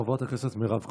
חברת הכנסת מירב כהן.